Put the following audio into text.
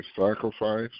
sacrifice